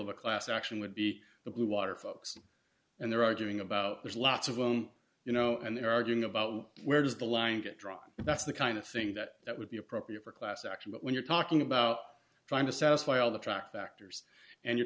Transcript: of a class action would be the blue water folks and they're arguing about there's lots of them you know and they're arguing about where does the line get drawn and that's the kind of thing that that would be appropriate for class action but when you're talking about trying to satisfy all the track factors and you're